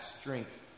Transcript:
strength